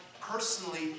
personally